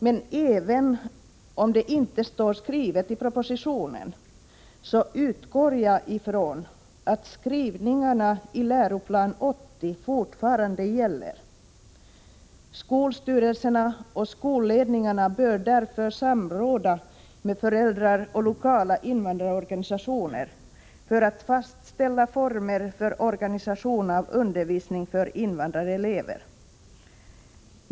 Men även om det inte står skrivet i propositionen utgår jag ifrån att skrivningarna i läroplanen Lgr 80 fortfarande gäller. Skolstyrelserna och skolledningarna bör därför samråda med föräldrar och lokala invandrarorganisationer för att fastställa former för organisation av undervisning för invandrarelever.